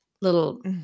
little